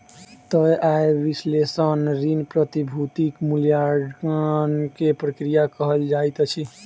तय आय विश्लेषण ऋण, प्रतिभूतिक मूल्याङकन के प्रक्रिया कहल जाइत अछि